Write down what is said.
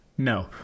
No